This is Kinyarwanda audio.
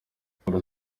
gukora